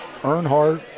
earnhardt